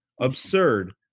absurd